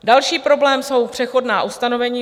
Další problém jsou přechodná ustanovení.